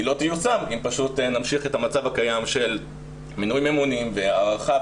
היא לא תיושם אם פשוט נמשיך את המצב הקיים של מינוי ממונים והארכה.